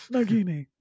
Nagini